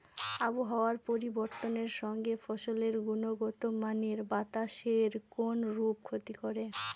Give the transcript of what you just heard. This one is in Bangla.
আবহাওয়ার পরিবর্তনের সঙ্গে ফসলের গুণগতমানের বাতাসের কোনরূপ ক্ষতি হয়?